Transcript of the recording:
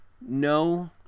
No